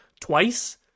twice